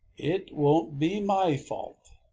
it won't be my fault!